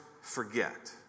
forget